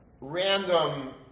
random